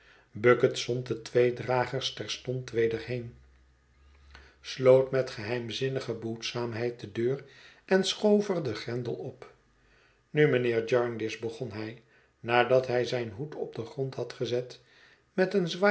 bucket stond reeds over haar schouder binnen te kijken zinnige behoedzaamheid de deur en schoof er den grendel op nu mijnheer jarndyce begon hij nadat hij zijn hoed op den grond had gezet met een